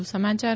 વધુ સમાયાર